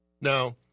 Now